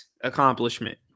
accomplishment